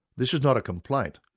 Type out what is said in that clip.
this is not a complaint,